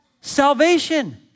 salvation